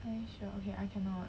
are you sure okay I cannot